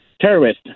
terrorist